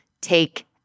take